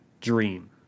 dream